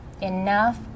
enough